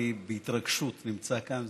אני בהתרגשות נמצא כאן.